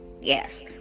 yes